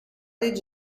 did